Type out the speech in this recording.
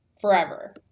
forever